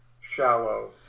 shallow